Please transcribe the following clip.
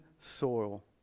soil